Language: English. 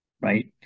right